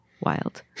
Wild